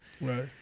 right